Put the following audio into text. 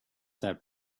that